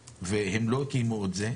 והם לא קיימו את זה,